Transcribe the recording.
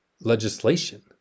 legislation